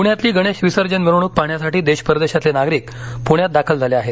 प्ण्यातली गणेश विसर्जन मिखणूक पाहण्यासाठी देश परदेशातले नागरिक पुण्यात दाखल झाले आहेत